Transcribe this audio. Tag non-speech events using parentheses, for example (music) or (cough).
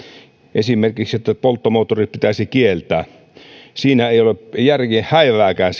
esimerkiksi että polttomoottorit pitäisi kieltää siinä päätöksessä ei ole järjen häivääkään (unintelligible)